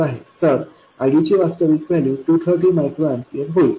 तर IDची वास्तविक व्हॅल्यू 230 मायक्रो एम्पीयर होईल